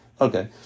Okay